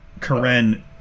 Karen